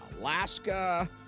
Alaska